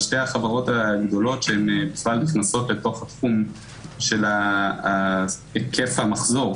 החברות הגדולות שנכנסות לתוך התחום של היקף המחזור.